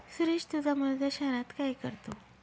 सुरेश तुझा मुलगा शहरात काय करतो